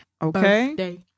okay